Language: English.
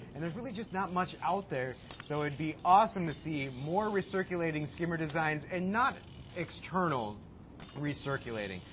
and there's really just not much out there, so it'd be awesome to see more recirculating skimmer designs, and not external recirculating.